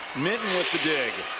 minten with the dig